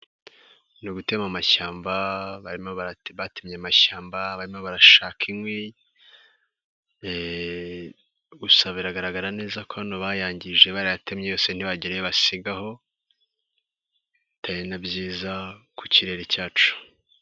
Ni ugutema amashyamba, batemye amashyamba barashaka inkwi, gusa biragaragara neza ko bayangije bayatemye yose ntibagire basigaho, bitari na byiza ku kirere cyacu.